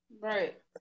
Right